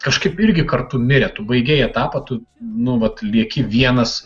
kažkaip irgi kartu mirė tu baigei etapą tu nu vat lieki vienas